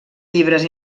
llibres